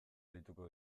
deituko